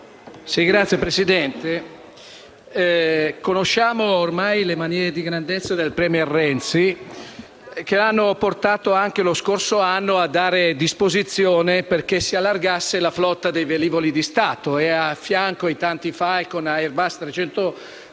Signora Presidente, ormai conosciamo le manie di grandezza del *premier* Renzi, che hanno portato lo scorso anno a dare disposizione che si allargasse la flotta dei velivoli di Stato. A fianco dei tanti Falcon e Airbus A319,